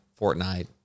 Fortnite